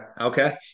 Okay